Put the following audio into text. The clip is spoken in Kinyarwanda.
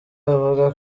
avuga